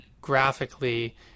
graphically